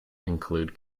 include